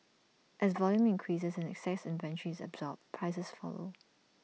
as volume increases and excess inventory is absorbed prices follow